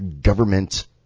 government